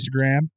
Instagram